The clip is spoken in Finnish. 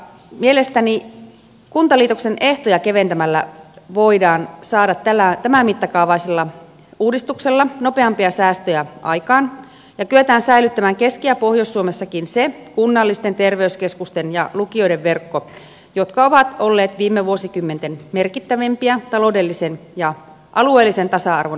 mielestäni kuntaliitoksen ehtoja keventämällä voidaan saada tämän mittakaavaisella uudistuksella nopeampia säästöjä aikaan ja kyetään säilyttämään keski ja pohjois suomessakin se kunnallisten terveyskeskusten ja lukioiden verkko joka on ollut viime vuosikymmenten merkittävimpiä taloudellisen ja alueellisen tasa arvon edistäjiä